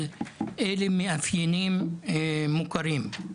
אבל אלו מאפיינים מוכרים.